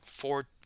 Four